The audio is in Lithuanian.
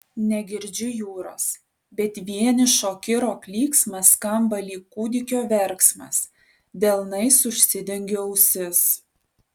negirdžiu jūros bet vienišo kiro klyksmas skamba lyg kūdikio verksmas delnais užsidengiu ausis